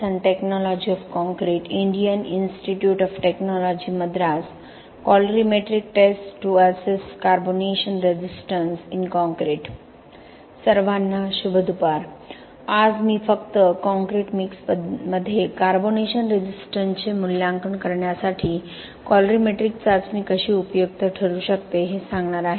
आज मी फक्त कॉंक्रिट मिक्समध्ये कार्बोनेशन रेझिस्टन्सचे मूल्यांकन करण्यासाठी कॉलरीमेट्रीक चाचणी कशी उपयुक्त ठरू शकते हे सांगणार आहे